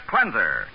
Cleanser